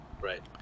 Right